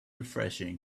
refreshing